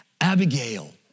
Abigail